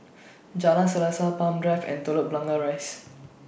Jalan Selaseh Palm Drive and Telok Blangah Rise